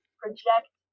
project